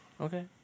Okay